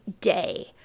day